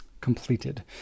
completed